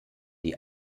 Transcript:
die